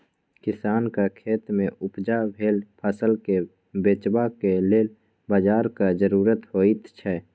किसानक खेतमे उपजा भेल फसलकेँ बेचबाक लेल बाजारक जरुरत होइत छै